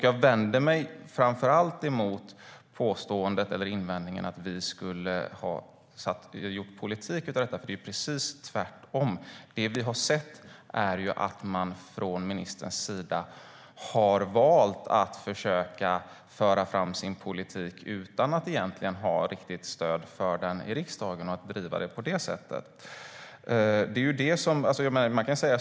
Jag vänder mig framför allt mot invändningen att vi skulle ha gjort politik av detta. Det är precis tvärtom. Det vi har sett är att ministern har valt att försöka föra fram sin politik utan att ha riktigt stöd för det i riksdagen.